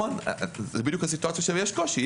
זה המצב שיש קושי.